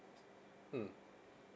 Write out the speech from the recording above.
mm